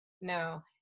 no